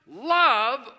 love